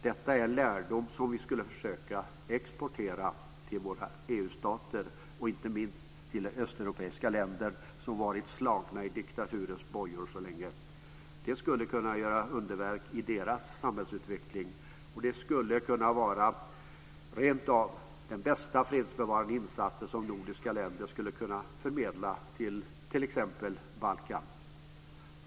Detta är en lärdom som vi skulle kunna försöka "exportera" till de andra EU-länderna och inte minst till östeuropeiska länder som varit slagna i diktaturens bojor så länge. Det skulle kunna göra underverk i deras samhällsutveckling, och det skulle rentav kunna vara den bästa fredsbevarande insatsen som nordiska länder skulle kunna förmedla till t.ex. Balkan.